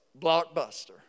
blockbuster